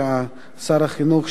שר החינוך,